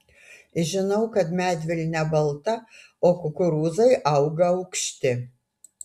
žinau kad medvilnė balta o kukurūzai auga aukšti